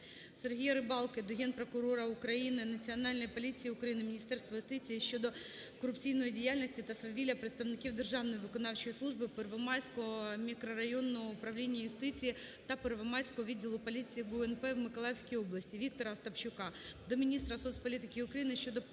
Сергія Рибалки до Генпрокурора України, Національної поліції України, Міністерства юстиції щодо корупційної діяльності та свавілля представників Державної виконавчої служби Первомайського міськрайонного управління юстиції та Первомайського відділу поліції ГУНП в Миколаївській області. Віктора Остапчука до міністра соцполітики України щодо